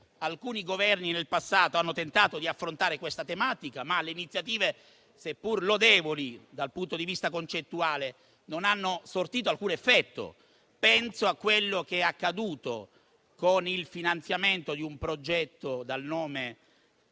alcuni Governi hanno tentato di affrontare questa tematica, ma le iniziative, seppur lodevoli dal punto di vista concettuale, non hanno sortito alcun effetto. Penso a quanto è accaduto con il finanziamento di un progetto denominato